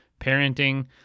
Parenting